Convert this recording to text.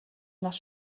нар